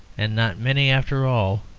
and not many, after all,